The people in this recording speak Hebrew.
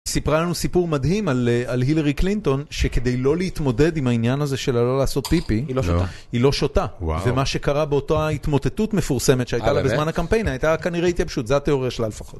סיפרה לנו סיפור מדהים על הילרי קלינטון, שכדי לא להתמודד עם העניין הזה של הלא לעשות פיפי, היא לא שותה. ומה שקרה באותה התמוטטות מפורסמת שהייתה לה בזמן הקמפיין, הייתה כנראה התייבשות, זה התיאוריה שלה לפחות.